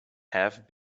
have